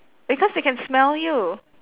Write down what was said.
because they can smell you